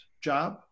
job